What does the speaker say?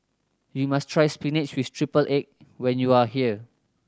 you must try spinach with triple egg when you are here